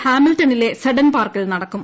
ഹാമിൽട്ടണിലെ ത്സ്ഡ്ൻ പാർക്കിൽ നടക്കും